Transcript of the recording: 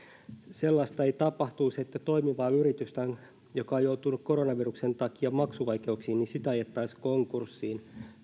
ei tapahtuisi sellaista että toimivaa yritystä joka on joutunut koronaviruksen takia maksuvaikeuksiin ajettaisi konkurssiin